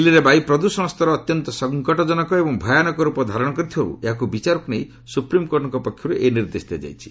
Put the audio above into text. ଦିଲ୍ଲୀରେ ବାୟୁ ପ୍ରଦ୍ଷଣ ସ୍ତର ଅତ୍ୟନ୍ତ ସଙ୍କଟଜନକ ଏବଂ ଭୟାନକ ରୂପ ଧାରଣ କରିଥିବାରୁ ଏହାକୁ ବିଚାରକୁ ନେଇ ସୁପ୍ରିମ୍କୋର୍ଟଙ୍କ ପକ୍ଷରୁ ଏହି ନିର୍ଦ୍ଦେଶ ଦିଆଯାଇଛି